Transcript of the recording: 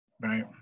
Right